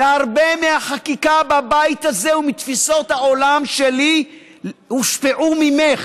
והרבה מהחקיקה בבית הזה ומתפיסות העולם שלי הושפעו ממך.